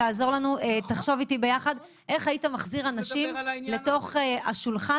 תחשוב איתי יחד איך היית מחזיר אנשים לשולחן?